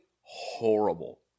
horrible